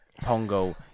Pongo